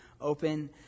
open